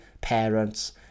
parents